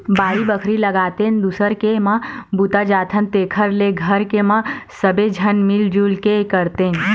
बाड़ी बखरी लगातेन, दूसर के म बूता जाथन तेखर ले घर के म सबे झन मिल जुल के करतेन